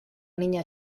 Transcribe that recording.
niña